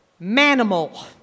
Manimal